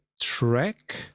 track